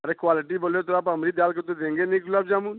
अरे क्वालिटी बोले तो आप अमृत डाल कर तो देंगे नहीं गुलाब जामुन